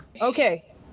Okay